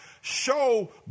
show